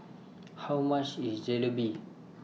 How much IS Jalebi